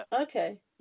Okay